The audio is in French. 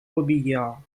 robiliard